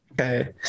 Okay